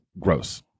gross